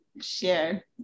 share